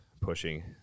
pushing